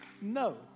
no